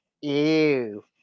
Ew